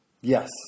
Yes